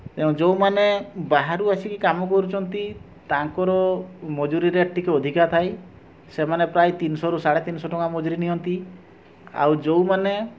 ତେଣୁ ଯେଉଁମାନେ ବାହାରୁ ଆସିକି କାମ କରୁଛନ୍ତି ତାଙ୍କର ମଜୁରୀଟା ଟିକିଏ ଅଧିକ ଥାଏ ସେମାନେ ପ୍ରାୟ ତିନିଶରୁ ସାଢ଼େ ତିନିଶ ଟଙ୍କା ମଜୁରୀ ନିଅନ୍ତି ଆଉ ଯେଉଁମାନେ